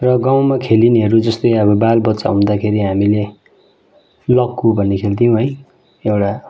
र गाउँमा खेलिनेहरू जस्तै अब बालबच्चाहरू हुँदाखेरि हामीले लक्कु भन्ने खेल्थ्यौँ है एउटा